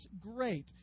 great